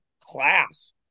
class